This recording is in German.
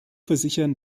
versichern